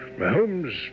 Holmes